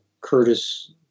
Curtis